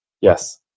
Yes